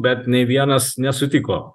bet nei vienas nesutiko